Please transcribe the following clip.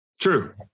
True